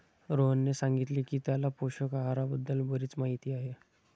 रोहनने सांगितले की त्याला पोषक आहाराबद्दल बरीच माहिती आहे